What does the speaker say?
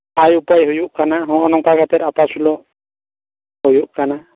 ᱟᱭ ᱩᱯᱟᱹᱭ ᱦᱩᱭᱩᱜ ᱠᱟᱱᱟ ᱦᱚᱸᱜᱼᱚ ᱱᱚᱝᱠᱟ ᱠᱟᱛᱮ ᱟᱯᱟᱥᱩᱞᱩᱜ ᱦᱩᱭᱩᱜ ᱠᱟᱱᱟ